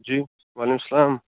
جی وعلیکُم سَلام